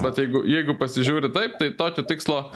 vat jeigu jeigu pasižiūri taip tai tokio tikslo